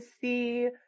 see